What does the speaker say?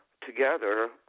together